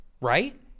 Right